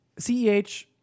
Ceh